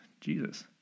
Jesus